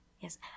Yes